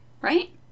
right